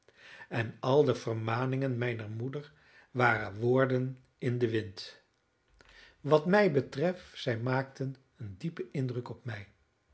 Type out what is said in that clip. en al de vermaningen mijner moeder waren woorden in den wind wat mij betreft zij maakten een diepen indruk op mij